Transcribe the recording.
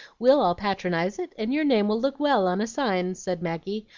we'll all patronize it, and your name will look well on a sign, said maggie,